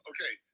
Okay